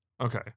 Okay